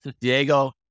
Diego